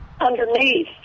underneath